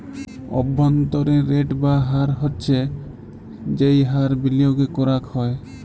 অব্ভন্তরীন রেট বা হার হচ্ছ যেই হার বিলিয়গে করাক হ্যয়